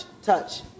Touch